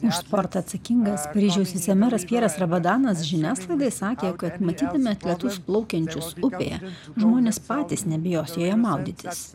už sportą atsakingas paryžiaus vicemeras pjeras rabadanas žiniasklaidai sakė kad matydami atletus plaukiančius upėje žmonės patys nebijos joje maudytis